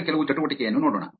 ಈಗ ಕೆಲವು ಚಟುವಟಿಕೆಯನ್ನು ಮಾಡೋಣ